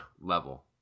level